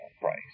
price